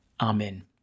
Amen